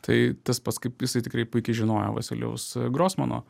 tai tas pats kaip jisai tikrai puikiai žinojo vasilijaus grosmano